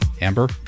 Amber